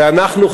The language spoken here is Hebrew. ואנחנו,